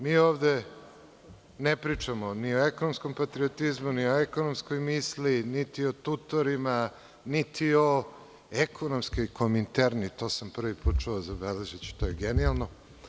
Mi ovde ne pričamo ni o ekonomskom patriotizmu, ni o ekonomskoj misli, niti o tutorima, niti o ekonomskoj komiterni, to sam prvi put čuo, to je genijalno.